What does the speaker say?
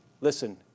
listen